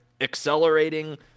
accelerating